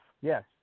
yes